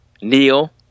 Neil